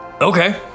Okay